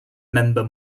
member